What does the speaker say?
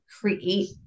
create